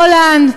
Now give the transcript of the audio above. הולנד.